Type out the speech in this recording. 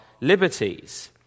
liberties